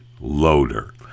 loader